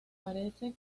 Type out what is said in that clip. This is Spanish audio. parece